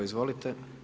Izvolite.